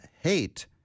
hate